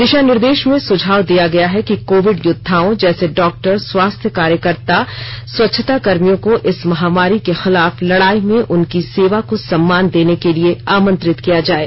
दिशानिर्देश में सुझाव दिया गया है कि कोविड योद्वाओं जैसे डॉक्टर स्वास्थ्य कार्यकर्ता स्वच्छता कर्मियों को इस महामारी के खिलाफ लड़ाई में उनकी सेवा को सम्मान देने के लिए आमंत्रित किया जाये